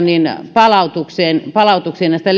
palautukseen palautukseen näistä